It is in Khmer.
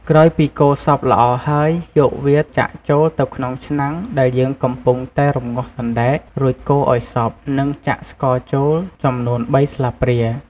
ក្រោយពីកូរសព្វល្អហើយ យកវាចាក់ចូលទៅក្នុងឆ្នាំងដែលយើងកំពុងតែរំងាស់សណ្តែក រួចកូរឱ្យសព្វ និងចាក់ស្ករចូល ចំនួន៣ស្លាបព្រា។